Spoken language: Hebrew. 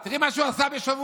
שבוע, תראי מה שהוא עשה בשבוע,